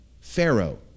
Pharaoh